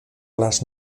las